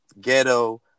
ghetto